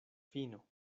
fino